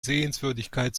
sehenswürdigkeit